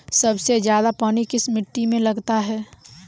सबसे ज्यादा पानी किस मिट्टी में लगता है?